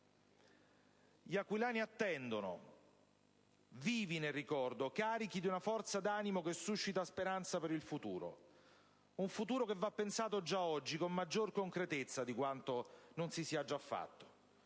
Gli aquilani attendono, vivi nel ricordo, carichi di una forza d'animo che suscita speranze per il futuro. Un futuro che va pensato già oggi, con maggior concretezza di quanto non si sia già fatto.